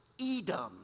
Edom